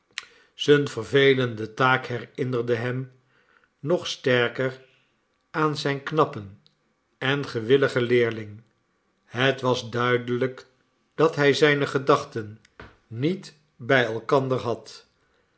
zijne vervelende taak herinnerde hem nog sterker aan zijn knappen en gewilligen leerling het was duidelijk dat hij zijne gedachten niet bij elkander had